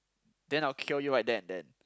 then I'll cure you right there and then